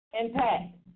impact